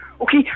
Okay